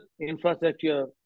infrastructure